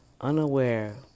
unaware